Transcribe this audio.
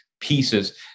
pieces